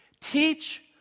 Teach